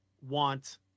want